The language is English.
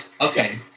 okay